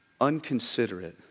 unconsiderate